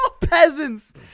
peasants